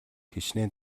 хэчнээн